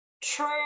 True